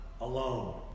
alone